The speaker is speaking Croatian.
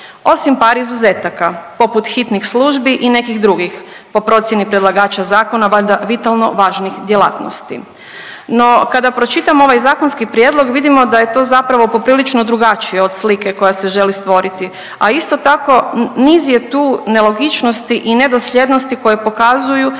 osim par izuzetaka poput hitnih službi i nekih drugih po procjeni predlagača zakona valjda vitalno važnih djelatnosti. No, kada pročitam ovaj zakonski prijedlog vidimo da je to poprilično drugačije od slike koja se želi stvoriti, a isto tako niz je tu nelogičnosti i nedosljednosti koje pokazuju